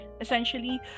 essentially